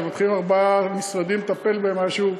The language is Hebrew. כשמתחילים ארבעה משרדים לטפל במשהו,